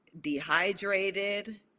dehydrated